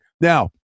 Now